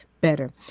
better